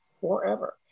forever